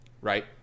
right